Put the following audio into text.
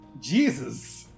Jesus